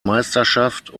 meisterschaft